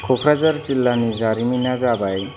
कक्राझार जिल्लानि जारिमिना जाबाय